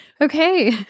Okay